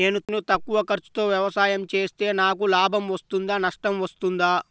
నేను తక్కువ ఖర్చుతో వ్యవసాయం చేస్తే నాకు లాభం వస్తుందా నష్టం వస్తుందా?